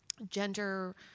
Gender